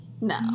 No